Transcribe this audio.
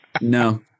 no